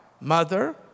mother